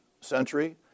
century